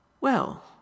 Well